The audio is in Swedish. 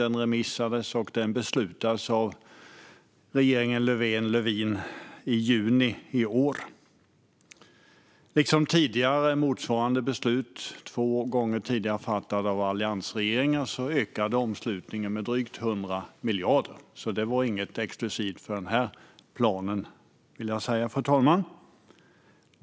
Propositionen remissbehandlades och beslutades av regeringen Löfven-Löwin i juni i år. Liksom motsvarande beslut två gånger tidigare fattade av alliansregeringen ökade omslutningen med drygt 100 miljarder, så det var inget exklusivt för den här planen, vill jag säga, fru talman.